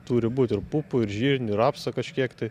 turi būt ir pupų ir žirnių ir rapsų kažkiek tai